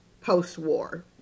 post-war